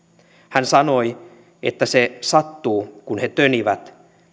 hän sanoi että se sattuu kun he tönivät